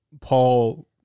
Paul